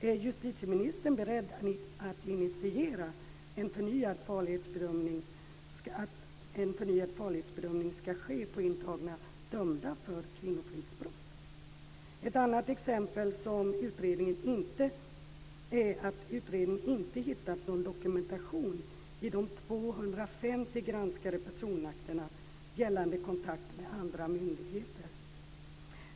Är justitieministern beredd att initiera att en förnyad farlighetsbedömning ska ske på intagna dömda för kvinnofridsbrott? Ett annat exempel är att utredningen inte hittat någon dokumentation i de 250 granskade personakterna gällande kontakt med andra myndigheter.